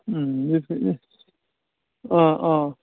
अ अ